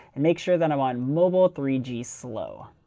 and make sure that i'm on mobile three g slow.